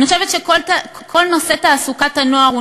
אני חושבת שכל נושא תעסוקת הנוער הוא